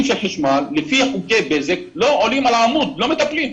לפי חוקי בזק לא עולים על העמוד, לא מטפלים.